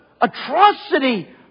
atrocity